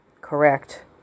correct